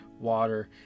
water